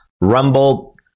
Rumble